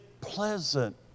pleasant